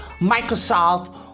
Microsoft